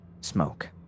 smoke